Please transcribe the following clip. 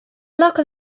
local